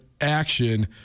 action